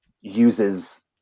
uses